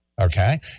okay